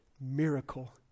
miracle